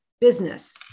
business